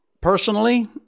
personally